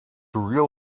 real